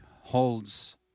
holds